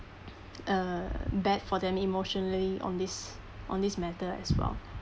uh bad for them emotionally on this on this matter as well